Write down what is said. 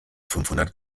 fünfhundert